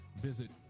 visit